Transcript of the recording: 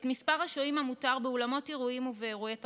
את מספר השוהים המותר באולמות אירועים ובאירועי תרבות.